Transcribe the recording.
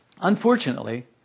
Unfortunately